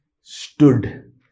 stood